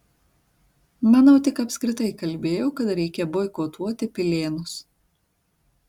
manau tik apskritai kalbėjau kad reikia boikotuoti pilėnus